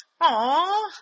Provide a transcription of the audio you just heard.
Aw